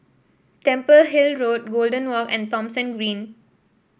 Temple Hill Road Golden Walk and Thomson Green